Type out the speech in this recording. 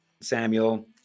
Samuel